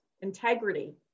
integrity